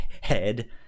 head